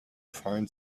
find